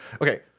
Okay